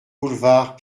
boulevard